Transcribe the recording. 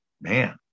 man